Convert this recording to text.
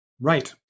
right